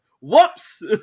Whoops